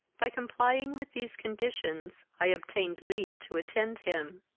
by complying with these conditions i obtained leave to attend him.